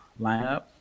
lineup